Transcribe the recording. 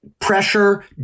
pressure